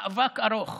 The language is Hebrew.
מאבק ארוך